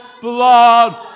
blood